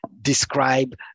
describe